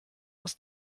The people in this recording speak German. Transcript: aus